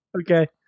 Okay